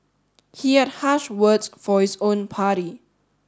he had harsh words for his own party